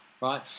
right